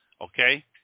Okay